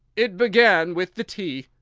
it began with the tea,